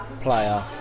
player